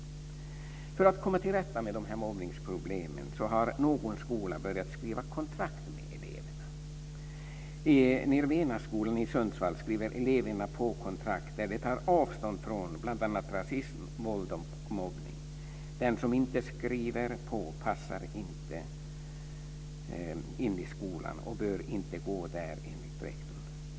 För att komma till rätta med de här mobbningsproblemen har någon skola börjat att skriva kontrakt med eleverna. I Nivrenaskolan i Sundsvall skriver eleverna på kontrakt där de tar avstånd från bl.a. rasism, våld och mobbning. Den som inte skriver på passar inte in i skolan och bör inte gå där enligt rektorn.